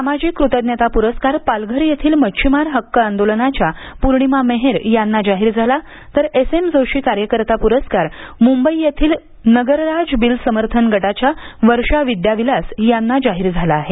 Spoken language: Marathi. सामाजिक क्रतज्ञता पुरस्कार पालघर येथील मच्छिमार हक्क आंदोलनाच्या पुर्णिमा मेहेर यांना जाहीर झाला तर एस एम जोशी कार्यकर्ता पुरस्कार मुंबई येथील नगरराज बिल समर्थन गटाच्या वर्षा विद्याविलास यांना जाहीर झाला आहे